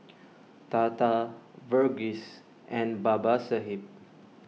Tata Verghese and Babasaheb